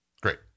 Great